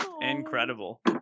incredible